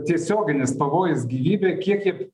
tiesioginis pavojus gyvybei kiek jie